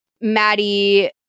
Maddie